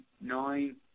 nine